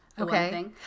Okay